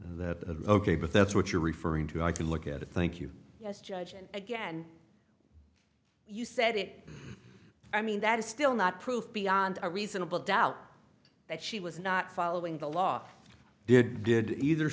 that that ok but that's what you're referring to i can look at it thank you yes judge and again you said it i mean that is still not proof beyond a reasonable doubt that she was not following the law did did either